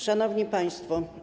Szanowni Państwo!